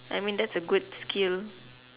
I mean that's a good skill